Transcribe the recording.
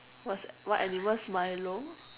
what's what animal is Milo